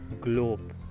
globe